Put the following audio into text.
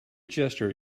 gesture